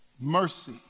mercy